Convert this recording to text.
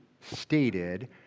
stated